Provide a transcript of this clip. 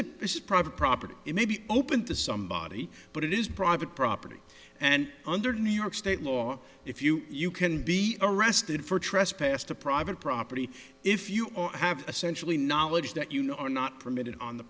is private property it may be open to somebody but it is private property and under new york state law if you you can be arrested for trespass to private property if you have essentially knowledge that you know are not permitted on the